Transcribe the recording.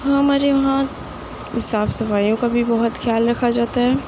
ہاں ہمارے وہاں صاف صفائیوں کا بھی بہت خیال رکھا جاتا ہے